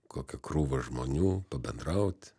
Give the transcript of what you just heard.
kokią krūvą žmonių pabendraut